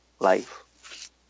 life